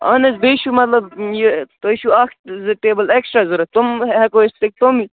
اَہَن حظ بیٚیہِ چھُ مطلب یہِ تۄہہِ چھُو اَکھ زٕ ٹیبُل ایٚکسٹرا ضروٗرت تِم ہٮ۪کو أسۍ تۄہہِ تِم